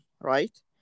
right